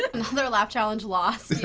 but another laugh challenge lost,